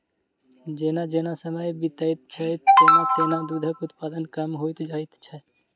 जेना जेना समय बीतैत छै, तेना तेना दूधक उत्पादन कम होइत जाइत छै